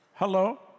Hello